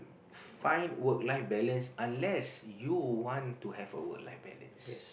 find work life balance unless you want to have a work life balance